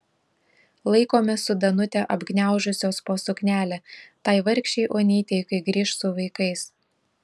laikome su danute apgniaužusios po suknelę tai vargšei onytei kai grįš su vaikais